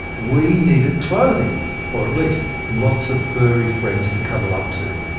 we needed clothing or at least lots of furry friends to cuddle up to.